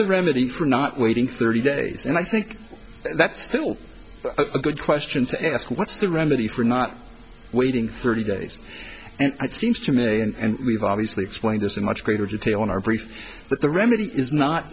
the remedy for not waiting thirty days and i think that's still a good question to ask what's the remedy for not waiting thirty days and it seems to me and we've obviously explained this in much greater detail in our brief that the remedy is not